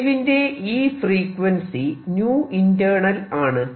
വേവിന്റെ ഈ frequency internal ആണ്